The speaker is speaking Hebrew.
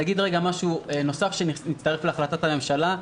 אני אגיד משהו נוסף שמצטרף להחלטת הממשלה,